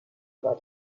about